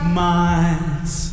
minds